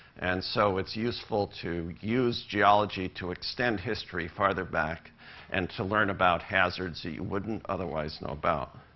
and so it's useful to use geology to extend history farther back and to learn about hazards that you wouldn't otherwise know about.